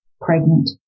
pregnant